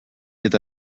eta